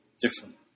different